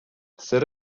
zer